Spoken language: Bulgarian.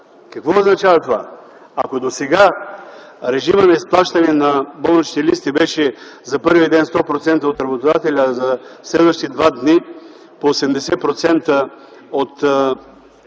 Какво означава това? Ако досега режимът на изплащане на болничните листове за първия ден беше 100% от работодателя, а за следващите два дни – по 80% от